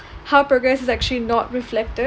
how progress is actually not reflected